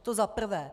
To za prvé.